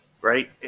right